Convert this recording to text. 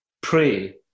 pray